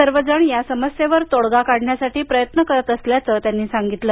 सर्वजण या समस्येवर तोडगा करण्यासाठी प्रयत्न करत असल्याचं त्यांनी सांगितलं